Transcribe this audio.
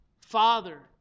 father